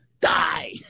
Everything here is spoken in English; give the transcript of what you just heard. Die